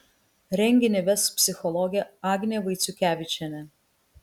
renginį ves psichologė agnė vaiciukevičienė